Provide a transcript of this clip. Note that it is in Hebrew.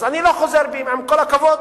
אז אני לא חוזר בי, עם כל הכבוד.